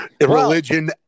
religion